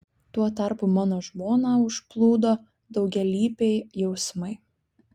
tuo tarpu mano žmoną užplūdo daugialypiai jausmai